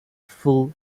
full